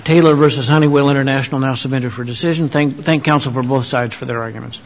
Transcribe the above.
taylor versus honeywill international now submitted for decision thank thank ounce of our both sides for their arguments